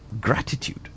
Gratitude